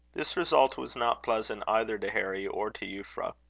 this result was not pleasant either to harry or to euphra.